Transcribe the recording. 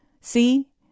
See